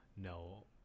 No